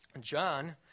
John